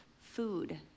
food